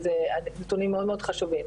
אלה נתונים מאוד חשובים.